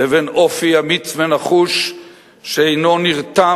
לבין אופי אמיץ ונחוש שאינו נרתע